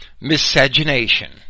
miscegenation